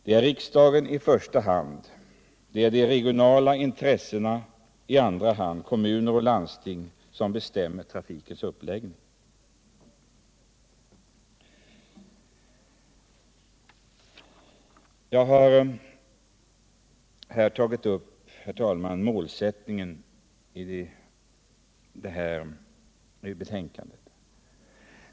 Det är riksdagen i första hand och de regionala intressena, kommuner och landsting, i andra hand som bestämmer trafikens uppläggning. Jag har här tagit upp målsättningen i betänkandet.